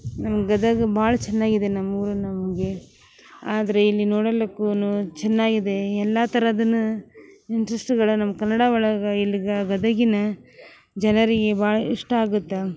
ನಮ್ಮ ಗದಗ ಭಾಳ್ ಚೆನ್ನಾಗಿದೆ ನಮ್ಮೂರು ನಮಗೆ ಆದರೆ ಇಲ್ಲಿ ನೋಡಲುಕ್ಕೂನು ಚೆನ್ನಾಗಿದೆ ಎಲ್ಲಾ ಥರದನ ಇಂಟ್ರೆಶ್ಟ್ಗಳು ನಮ್ಮ ಕನ್ನಡ ಒಳಗ ಇಲ್ಲಿ ಗದಗಿನ ಜನರಿಗೆ ಭಾಳ ಇಷ್ಟ ಆಗುತ್ತಾ